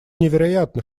невероятно